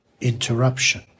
interruption